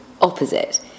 opposite